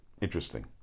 Interesting